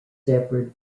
separate